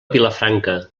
vilafranca